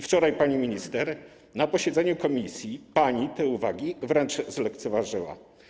Wczoraj, pani minister, na posiedzeniu komisji pani te uwagi wręcz zlekceważyła.